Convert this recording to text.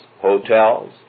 hotels